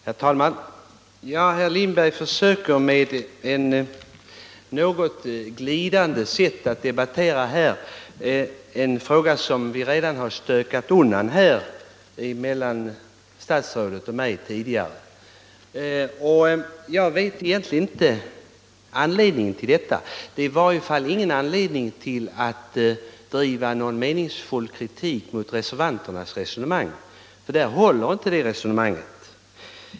Herr talman! Herr Lindberg försöker att på ett något glidande sätt debattera en fråga som statsrådet och jag redan har stökat undan. Jag vet egentligen inte anledningen till detta. Resonemanget utgör i varje fall ingen grund för meningsfull kritik mot reservanternas ställningstagande.